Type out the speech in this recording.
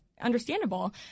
Understandable